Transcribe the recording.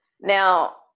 Now